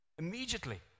Immediately